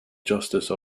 justice